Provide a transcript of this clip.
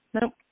Nope